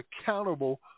accountable